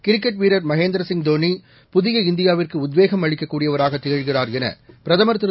cricket வீரர் மகேந்திர சிங் தோனி புதிய இந்தியாவிற்கு உத்வேகம் அளிக்கக்கூடியவராக திகழ்கிறார் என பிரதமர் திரு